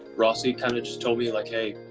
rossy kind of just told me like, hey,